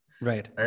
Right